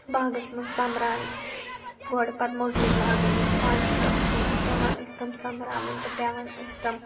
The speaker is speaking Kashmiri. باغَس منٛز سوٚمبران گۄڈٕ پَتہٕ مٔزوٗر لاگٕنۍ یا پانہٕ تہِ گژھُن تہٕ پٮ۪وان ٲسۍ تِم سوٚمبراوٕنۍ تہٕ پٮ۪وان ٲسۍ تِم